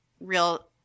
real